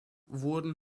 wurden